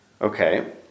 Okay